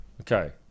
Okay